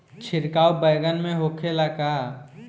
छिड़काव बैगन में होखे ला का?